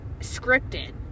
scripted